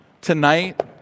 tonight